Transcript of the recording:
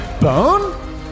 bone